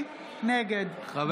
נגד דסטה גדי יברקן,